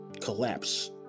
collapse